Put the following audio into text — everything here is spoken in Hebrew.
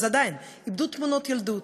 הם עדיין איבדו תמונות ילדות,